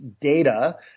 data